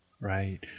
Right